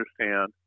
understand